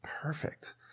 perfect